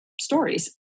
stories